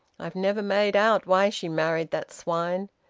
i've never made out why she married that swine,